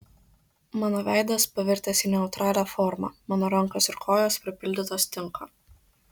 mano veidas pavirtęs į neutralią formą mano rankos ir kojos pripildytos tinko